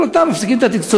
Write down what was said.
החלטה, מפסיקים את התקצוב.